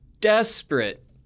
desperate